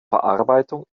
verarbeitung